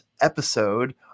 episode